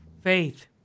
faith